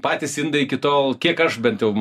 patys indai iki tol kiek aš bent jau